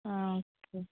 okay